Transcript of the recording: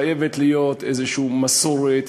חייבת להיות איזושהי מסורת,